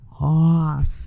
off